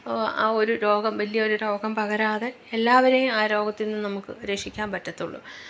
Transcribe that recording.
ആ ഒരു രോഗം വലിയൊരു രോഗം പകരാതെ എല്ലാവരെയും ആ രോഗത്തില് നിന്ന് നമുക്ക് രക്ഷിക്കാൻ പറ്റത്തുള്ളൂ